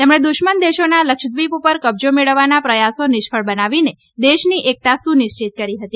તેમણે દુશ્મન દેશોના લક્ષદ્વિપ ઉપર કબજો મેળવવાના પ્રયાસો નિષ્ફળ બનાવીને દેશની એકતા સુનિશ્ચિત કરી હતી